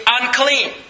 unclean